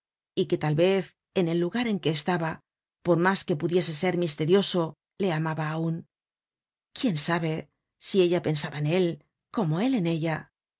y que tal vez en el lugar en que estaba por mas que pudiese ser misterioso le amaba aun quién sabe si ella pensaba en él como él en ella